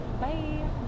bye